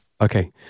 Okay